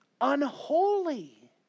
Unholy